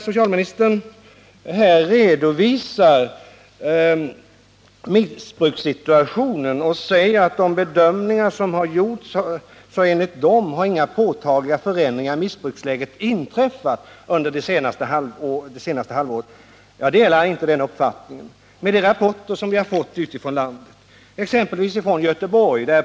Socialministern säger, när han redovisar missbrukssituationen, att det enligt de bedömningar som har gjorts inte har skett några påtagliga förändringar i missbruksläget under det senaste halvåret. Jag delar på grundval av de rapporter som vi har fått från olika delar av landet inte den uppfattningen.